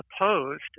opposed